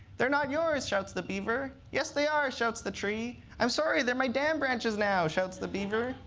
they're not yours, shouts the beaver. yes they are, shouts the tree. i'm sorry. they're my dam branches now, shouts the beaver.